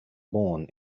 born